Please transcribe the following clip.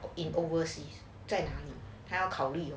in overseas 他要考虑